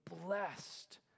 blessed